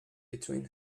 between